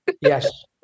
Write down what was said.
Yes